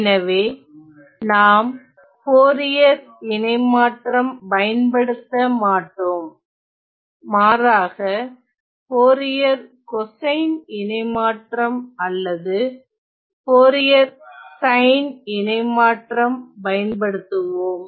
எனவே நாம் போரியர் இணைமாற்றம் பயன்படுத்த மாட்டோம் மாறாக போரியர் கோசைன் இணைமாற்றம் அல்லது போரியர் சைன் இணைமாற்றம் பயன்படுத்துவோம்